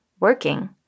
Working